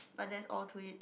but that's all to it